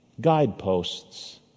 guideposts